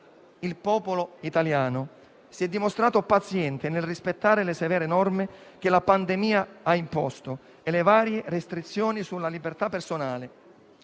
Il popolo italiano si è dimostrato paziente nel rispettare le severe norme che la pandemia ha imposto e le varie restrizioni sulla libertà personale,